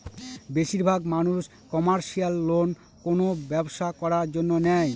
বেশির ভাগ মানুষ কমার্শিয়াল লোন কোনো ব্যবসা করার জন্য নেয়